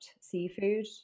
seafood